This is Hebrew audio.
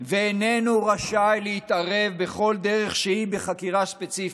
ואיננו רשאי להתערב בכל דרך שהיא בחקירה ספציפית.